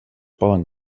poden